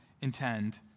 intend